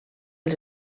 els